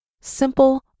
simple